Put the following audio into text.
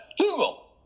Google